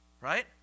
right